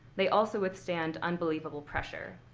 they also withstand unbelievable pressure.